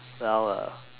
well uh